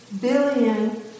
billion